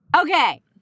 Okay